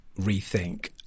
rethink